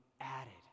added